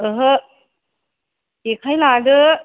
ओहो जेखाइ लादो